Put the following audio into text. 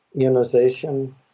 Ionization